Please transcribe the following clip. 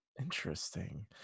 Interesting